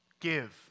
Give